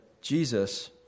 Jesus